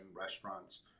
restaurants